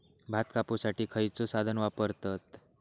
भात कापुसाठी खैयचो साधन वापरतत?